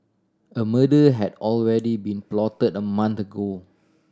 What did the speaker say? a murder had already been plotted a month ago